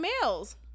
males